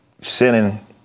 sinning